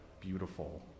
beautiful